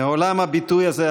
מעולם הביטוי הזה,